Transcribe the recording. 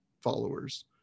followers